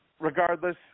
Regardless